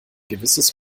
gewisses